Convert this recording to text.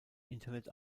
internet